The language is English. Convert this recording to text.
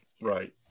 right